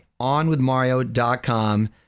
onwithmario.com